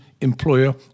employer